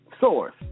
source